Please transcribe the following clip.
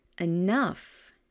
Enough